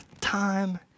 time